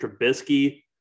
Trubisky